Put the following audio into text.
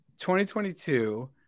2022